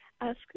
ask